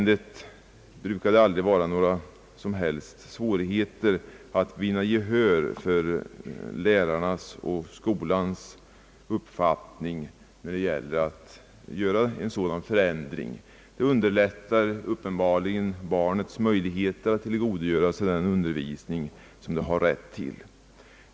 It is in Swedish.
Det brukar aldrig vara några som helst svårigheter att vinna gehör hos föräldrarna för lärarnas och skolans uppfattning när det gäller att vidtaga en sådan åtgärd. Den underlättar uppenbarligen barnets möjligheter att tillgodogöra sig den undervisning som det bar rätt till.